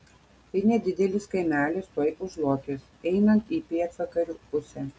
tai nedidelis kaimelis tuoj už luokės einant į pietvakarių pusę